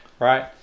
right